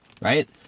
Right